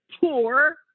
poor